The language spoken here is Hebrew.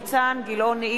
אילן גילאון,